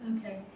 Okay